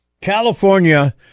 California